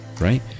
right